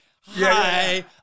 hi